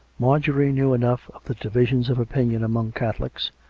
marjorie knew enough of the divisions of opinion among catholics,